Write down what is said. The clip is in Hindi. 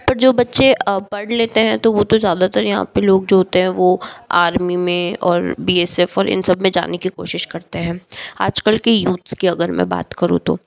जो बच्चे पढ़ लेते हैं वो तो ज़्यादातर यहाँ पे लोग जो होते हैं वो आर्मी में और बी एस एफ और इन सब में जाने कि कोशिश करते हैं आज कल की यूथ्स कि अगर मैं बात करूँ तो